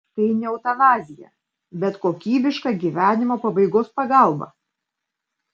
tai ne eutanazija bet kokybiška gyvenimo pabaigos pagalba